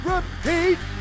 Repeat